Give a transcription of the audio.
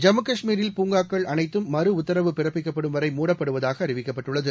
ஜம்மு கஷ்மீரில் பூங்காக்கள் அனைத்தும் மறு உத்தரவு பிறப்பிக்கப்படும் வரை மூடப்படுவதாகஅறிவிக்கப்பட்டுள்ளது